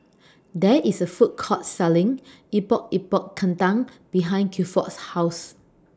There IS A Food Court Selling Epok Epok Kentang behind Gilford's House